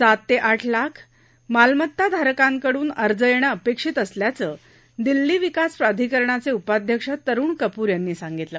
सात त्त्ञाठ लाख मालमत्ताधारकांकडून अर्ज यणिअपक्षित असल्याचं दिल्ली विकास प्राधिकरणाच उपाध्यक्ष तरुण कपूर यांनी सांगितलं